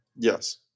Yes